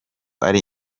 ari